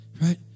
right